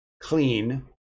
clean